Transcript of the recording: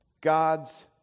God's